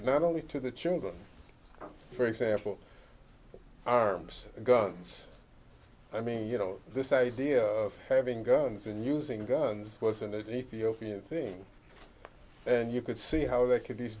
not only to the children for example arms guns i mean you know this idea of having guns and using guns wasn't it ethiopian thing and you could see how they could